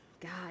God